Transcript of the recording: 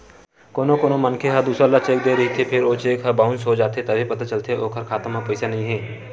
कोनो कोनो मनखे ह दूसर ल चेक दे रहिथे फेर ओ चेक ह बाउंस हो जाथे तभे पता चलथे के ओखर खाता म पइसा नइ हे